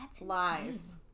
lies